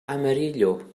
amarillo